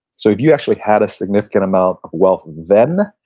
so, if you actually had a significant amount of wealth then,